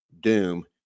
doom